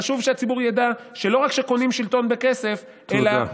חשוב שהציבור ידע שלא רק שקונים שלטון בכסף, תודה.